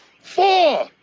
Four